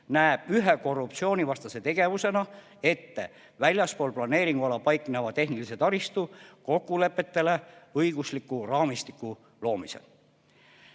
näeb ühe korruptsioonivastase tegevusena ette väljaspool planeeringuala paikneva tehnilise taristu kokkulepetele õigusliku raamistiku loomise.